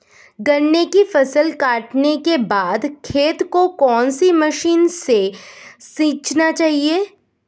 गन्ने की फसल काटने के बाद खेत को कौन सी मशीन से सींचना चाहिये?